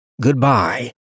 Goodbye